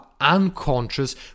unconscious